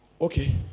Okay